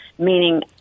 meaning